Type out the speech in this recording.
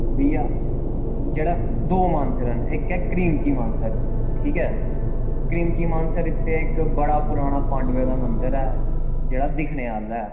भैया दौ मानसर न इक्क ऐ क्रिमची मानसर ठीक ऐ क्रिमची मानसर इक्क इत्थें बड़ा बड्डा पराना पांडवें दा मंदर ऐ जेह्ड़ा दिक्खनै आह्ला ऐ